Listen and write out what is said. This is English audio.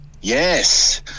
Yes